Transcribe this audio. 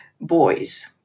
boys